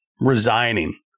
resigning